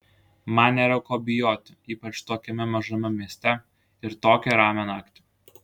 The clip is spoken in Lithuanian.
man nėra ko bijoti ypač tokiame mažame mieste ir tokią ramią naktį